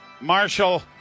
Marshall